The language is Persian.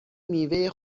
میوه